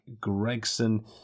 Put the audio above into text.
Gregson